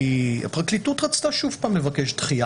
הפרקליטות רצתה שוב פעם לבקש דחייה